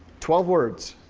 twelve words.